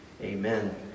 Amen